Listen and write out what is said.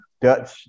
Dutch